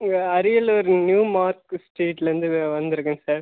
இங்கே Ariyalur new mark ஸ்டீட்லேந்து வே வந்துருக்கேன் சார்